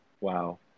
Wow